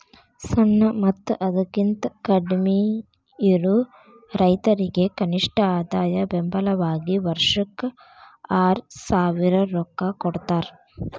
ಸಣ್ಣ ಮತ್ತ ಅದಕಿಂತ ಕಡ್ಮಿಯಿರು ರೈತರಿಗೆ ಕನಿಷ್ಠ ಆದಾಯ ಬೆಂಬಲ ವಾಗಿ ವರ್ಷಕ್ಕ ಆರಸಾವಿರ ರೊಕ್ಕಾ ಕೊಡತಾರ